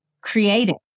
creating